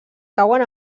cauen